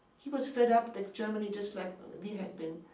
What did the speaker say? he was fed up with germany, just like we had been.